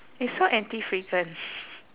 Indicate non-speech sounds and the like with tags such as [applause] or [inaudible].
it's so anti frequent [laughs]